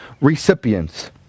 recipients